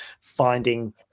finding